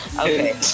Okay